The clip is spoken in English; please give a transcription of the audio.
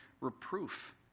reproof